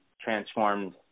transformed